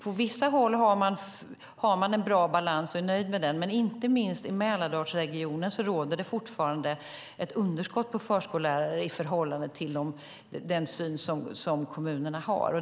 På vissa håll har man en bra balans och är nöjd med den. Men inte minst i Mälardalsregionen råder det fortfarande ett underskott på förskollärare i förhållande till den syn som kommunerna har.